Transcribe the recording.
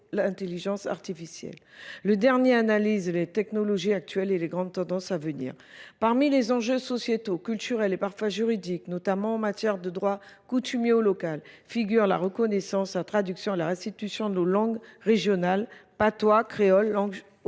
l'intelligence artificielle. Le dernier analyse les technologies actuelles et les grandes tendances à venir. Parmi les enjeux sociétaux, culturels et parfois juridiques, notamment en matière de droit coutumier au local, figure la reconnaissance, la traduction et la restitution de nos langues régionales patois, créoles, langues